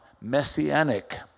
messianic